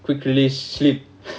quickly slipped